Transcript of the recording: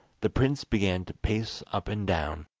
the prince began to pace up and down,